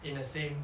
in the same